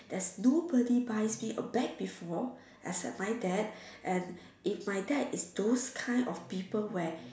there's nobody buys me a bag before except my dad and if my dad is those kind of people where